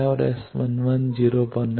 तो S 11 0 बन रहा है